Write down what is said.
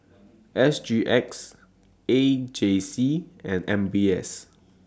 S G X A J C and M B S